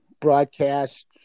broadcast